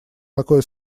такое